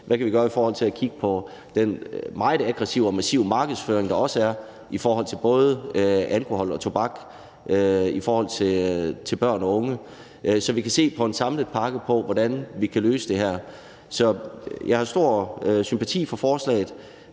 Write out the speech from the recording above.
vi kan gøre for at kigge på den meget aggressive og massive markedsføring, der er i forbindelse med både alkohol og tobak i forhold til børn og unge, så vi kan se på en samlet pakke for, hvordan vi kan løse det her. Så jeg har stor sympati for forslaget.